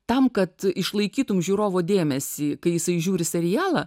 tam kad išlaikytum žiūrovo dėmesį kai jisai žiūri serialą